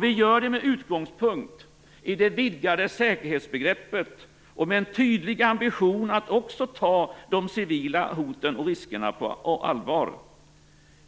Vi gör det med utgångspunkt i det vidgade säkerhetsbegreppet och med en tydlig ambition att också ta de civila hoten och riskerna på allvar.